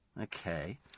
Okay